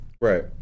right